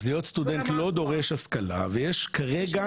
אז להיות סטודנט לא דורש השכלה ויש כרגע